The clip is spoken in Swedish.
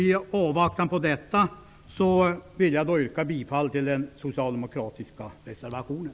I avvaktan på detta vill jag yrka bifall till den socialdemokratiska reservationen.